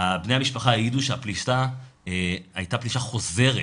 בני המשפחה העידו שהפלישה הייתה פלישה חוזרת,